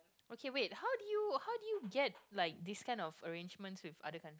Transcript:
okay wait how do you how do you get like this kind of arrangement with other countries